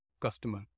customer